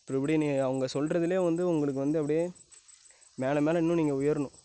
அப்படி இப்படின்னு அவங்க சொல்றதுலையே வந்து உங்களுக்கு வந்து அப்படியே மேலும் மேலும் இன்னும் நீங்கள் உயரணும்